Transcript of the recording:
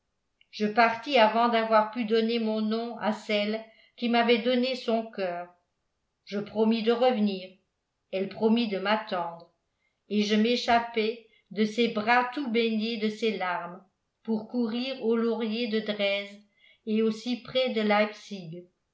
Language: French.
je partis avant d'avoir pu donner mon nom à celle qui m'avait donné son coeur je promis de revenir elle promit de m'attendre et je m'échappai de ses bras tout baigné de ses larmes pour courir aux lauriers de dresde et aux cyprès de